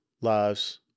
lives